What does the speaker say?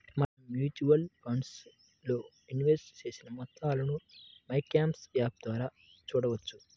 మనం mutual funds లో invest చేసిన మొత్తాలను మైక్యామ్స్ యాప్ ద్వారా చూడవచ్చు